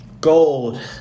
Gold